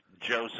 Joseph